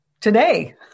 today